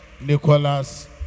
Nicholas